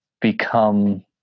become